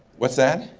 what's that?